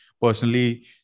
personally